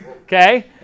Okay